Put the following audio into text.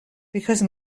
because